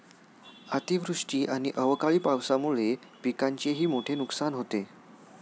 अतिवृष्टी आणि अवकाळी पावसामुळे पिकांचेही मोठे नुकसान होते